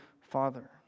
Father